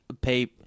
pay